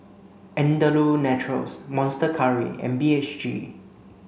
Andalou Naturals Monster Curry and B H G